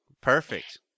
Perfect